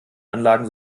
anlagen